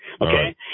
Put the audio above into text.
okay